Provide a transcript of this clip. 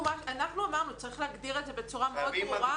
אנחנו אמרנו: צריך להגדיר את זה בצורה מאוד ברורה -- חייבים הגדרה.